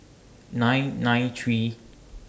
nine nine three